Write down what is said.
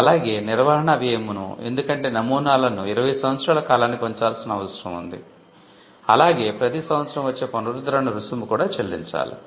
అలాగే నిర్వహణ వ్యయమును ఎందుకంటే నమూనాలను 20 సంవత్సరాల కాలానికి ఉంచాల్సిన అవసరం ఉంది అలాగే ప్రతి సంవత్సరం వచ్చే పునరుద్ధరణ రుసుము కూడా చెల్లించాలి